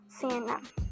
CNN